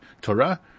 Torah